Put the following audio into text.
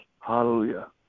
hallelujah